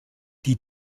die